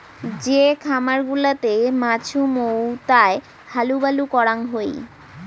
যে খামার গুলাতে মাছুমৌতাই হালুবালু করাং হই